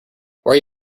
are